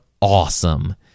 awesome